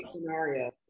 scenario